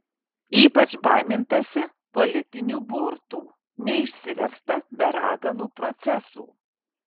ypač baimintasi politinių burtų neišsiversta be raganų procesų